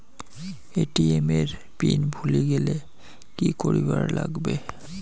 ATM এর PIN ভুলি গেলে কি করিবার লাগবে?